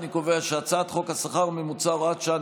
אני קובע שהצעת חוק השכר הממוצע (הוראת שעה,